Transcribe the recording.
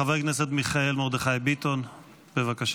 חבר הכנסת מיכאל מרדכי ביטון, בבקשה.